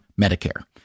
Medicare